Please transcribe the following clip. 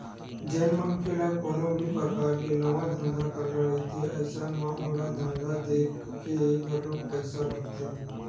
जेन मनखे ल कोनो भी परकार के नवा धंधा करना रहिथे अइसन म ओला धंधा देखके घलोक पइसा लगथे